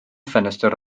ffenestr